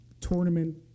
tournament